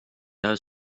hea